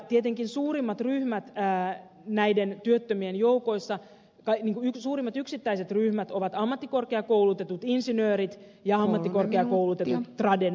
tietenkin suurimmat yksittäiset ryhmät näiden työttömien joukoissa ovat ammattikorkeakoulutetut insinöörit ja ammattikorkeakoulutetut tradenomit